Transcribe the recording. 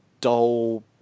dull